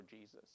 Jesus